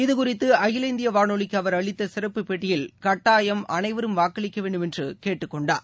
இதுகுறித்துஅகில இந்தியவானொலிக்குஅவர் அளித்தசிறப்புப் பேட்டியில் கட்டாயம் அனைவரும் வாக்களிக்கவேண்டுமென்றுகேட்டுக் கொண்டார்